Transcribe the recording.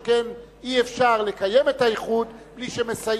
שכן אי-אפשר לקיים את האיחוד בלי שמסייעים.